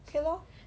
K lor